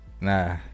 Nah